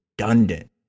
redundant